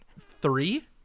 Three